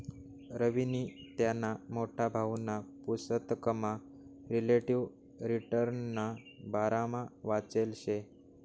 रवीनी त्याना मोठा भाऊना पुसतकमा रिलेटिव्ह रिटर्नना बारामा वाचेल शे